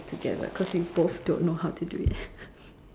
together cause we both don't know how to do it